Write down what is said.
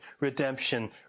redemption